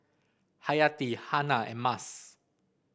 Hayati Hana and Mas